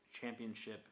championship